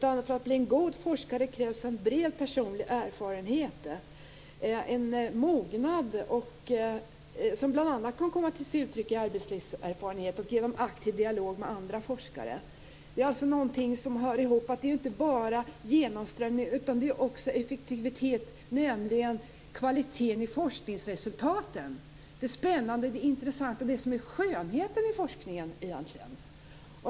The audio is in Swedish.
För att bli en god forskare krävs en bred personlig erfarenhet, en mognad som bl.a. kan komma till uttryck i arbetslivserfarenhet och genom aktiv dialog med andra forskare. Det är alltså någonting som hör ihop med att det inte bara är genomströmning utan också effektivitet i meningen kvalitet i forskningsresultaten, det spännande, det intressanta, det som är skönheten i forskningen.